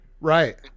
Right